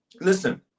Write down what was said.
listen